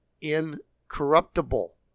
Incorruptible